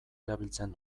erabiltzen